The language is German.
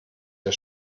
der